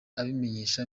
abimenyesha